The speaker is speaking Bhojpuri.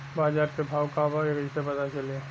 बाजार के भाव का बा कईसे पता चली?